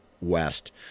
west